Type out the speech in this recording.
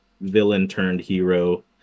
villain-turned-hero